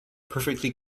perfectly